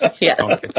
Yes